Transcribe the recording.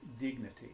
dignity